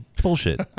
Bullshit